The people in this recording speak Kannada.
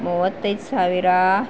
ಮೂವತ್ತೈದು ಸಾವಿರ